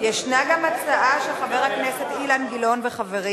ישנה גם הצעה של חבר הכנסת אילן גילאון וחברים